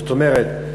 זאת אומרת,